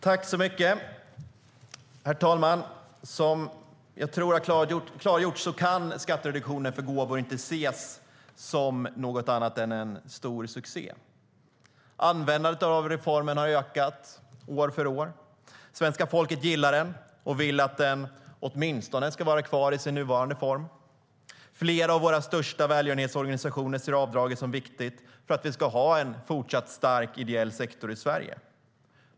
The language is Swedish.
Herr talman! Som jag tror har klargjorts kan skattereduktionen för gåvor inte ses som något annat än en stor succé. Användandet av reformen har ökat år för år. Svenska folket gillar den och vill att den åtminstone ska vara kvar i sin nuvarande form. Flera av våra största välgörenhetsorganisationer ser avdraget som viktigt för att vi ska kunna ha en fortsatt stark ideell sektor i Sverige.